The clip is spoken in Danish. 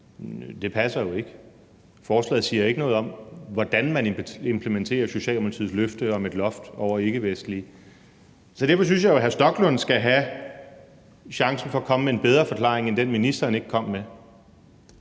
Det passer jo ikke. Forslaget siger ikke noget om, hvordan man implementerer Socialdemokratiets løfte om et loft over ikkevestlig indvandring. Så derfor synes jeg jo, at hr. Stoklund skal have chancen for at komme med en bedre forklaring end den, ministeren ikke kom med.